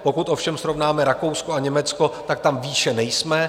Pokud ovšem srovnáme Rakousko a Německo, tam výše nejsme.